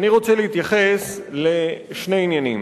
אני רוצה להתייחס לשני עניינים.